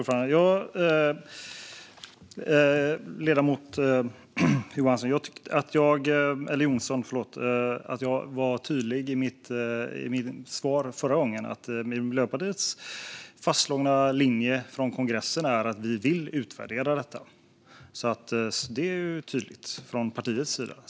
Fru talman! Jag tyckte att jag var tydlig i mitt svar förra gången, ledamoten Jonsson: Miljöpartiets fastslagna linje från kongressen är att vi vill utvärdera detta. Det är alltså tydligt från partiets sida.